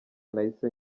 nahise